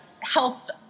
Health